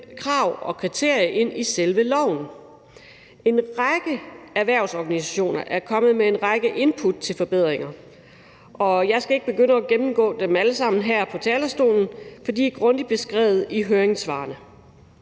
krav og kriterie ind i selve loven. En række erhvervsorganisationer er kommet med en række input til forbedringer, og jeg skal ikke begynde at gennemgå dem alle sammen her fra talerstolen, for de er grundigt beskrevet i høringssvarene.